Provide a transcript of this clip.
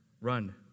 Run